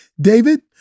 David